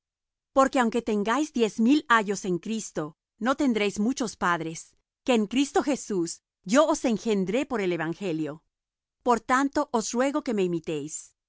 porque aunque tengáis diez mil ayos en cristo no tendréis muchos padres que en cristo jesús yo os engendré por el evangelio por tanto os ruego que me imitéis